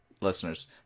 listeners